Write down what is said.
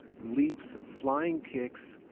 leaps, flying kicks,